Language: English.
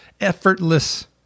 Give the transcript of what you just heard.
effortless